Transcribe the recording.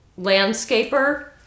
landscaper